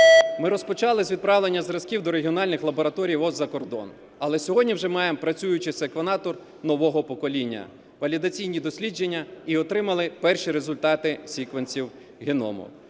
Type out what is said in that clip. Ми розпочали з відправлення зразків до регіональних лабораторій ВООЗ за кордон. Але сьогодні вже маємо працюючий секвенатор нового покоління, валідаційні дослідження і отримали перші результати секвенсів геному.